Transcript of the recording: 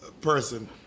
person